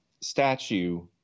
statue